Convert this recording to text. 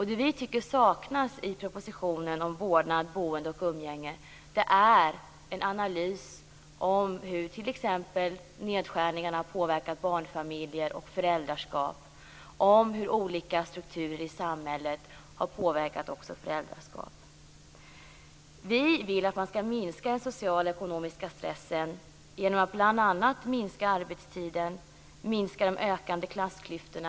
Det vi tycker saknas i propositionen om vårdnad, boende och umgänge är en analys av hur t.ex. nedskärningarna har påverkat barnfamiljer och föräldraskap, av hur olika strukturer i samhället har påverkat föräldraskapet. Vi vill att man skall minska den sociala och ekonomiska stressen genom att bl.a. minska arbetstiden och minska de ökande klassklyftorna.